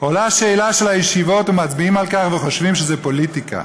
עולה שאלה של הישיבות ומצביעים על כך וחושבים שזה פוליטיקה.